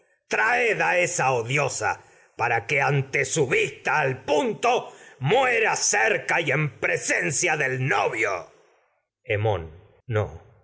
insulto traed esa odiosa y en para que ante su vista al punto muera cerca presencia del novio hemón no